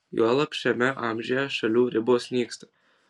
juolab šiame amžiuje šalių ribos nyksta